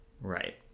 Right